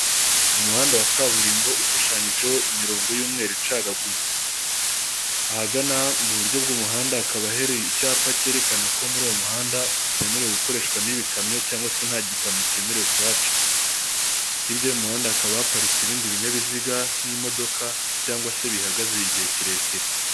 Umuhanda wa kaburimbo ushushanyijeho imirongo y'umweru icagaguye ahagana mu buryo bw'umuhanda hakaba hari icyapa cyerekana ko muri uwo muhanda utemerewe gukoreshwa n'ibikamyo cyangwa se nta gikamyo cyemerewe kuhaca, hirya'umuhanda hakaba haparitse ibindi binyabiziga nk'imodoka cyangwa se bihagaze igihe kirekire.